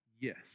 Yes